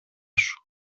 σου